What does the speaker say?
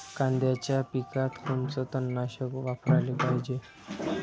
कांद्याच्या पिकात कोनचं तननाशक वापराले पायजे?